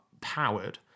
powered